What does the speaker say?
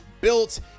built